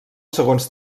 segons